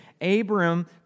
Abram